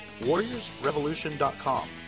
warriorsrevolution.com